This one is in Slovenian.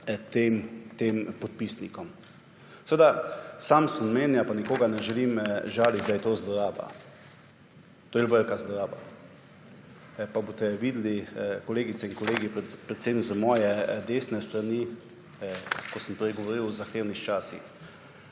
tem podpisnikom. Seveda sam sem mnenja, pa nikogar ne želim žaliti, da je to zloraba. To je velika zloraba. Pa boste videli, kolegice in kolegi predvsem z moje desne strani, ko sem prej govoril o zahtevnih časih.